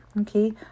okay